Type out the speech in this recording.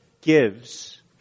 gives